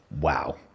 Wow